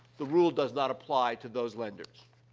the rule does not apply to those lenders.